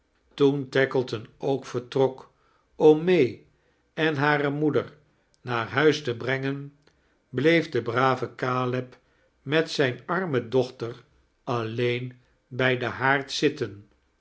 toen tackleton ook vertrok om may en hare moeder naar huis te brengen bleef de brave caleb melt zijne arme dochter alleen bij den haard zitfcen